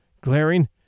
glaring